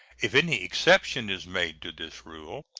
if any exception is made to this rule,